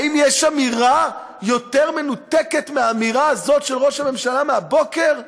האם יש אמירה יותר מנותקת מהאמירה הזאת של ראש הממשלה מהבוקר?